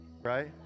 right